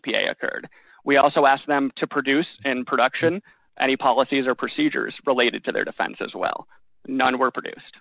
p a occurred we also asked them to produce and production any policies or procedures related to their defense as well none were produced